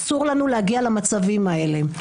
אסור לנו להגיע למצבים האלה.